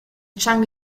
chan